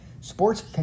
sports